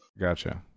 Gotcha